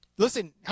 Listen